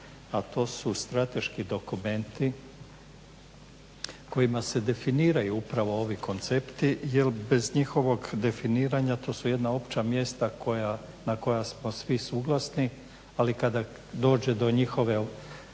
a to su strateški dokumenti kojima se definiraju upravo ovi koncepti jel bez njihovog definiranja to su jedna opća mjesta koja, na koja smo svi suglasni. Ali kada dođe do njihove,